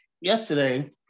yesterday